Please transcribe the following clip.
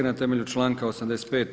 Nas temelju članka 85.